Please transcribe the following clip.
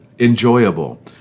enjoyable